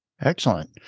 Excellent